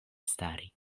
stari